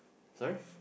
sorry